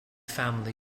family